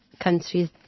countries